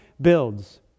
builds